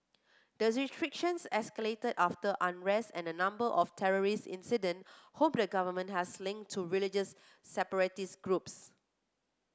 the restrictions escalated after unrest and a number of terrorist incident whom the government has linked to religious separatist groups